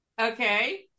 Okay